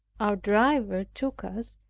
our driver took us,